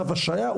צו השהייה.